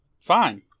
fine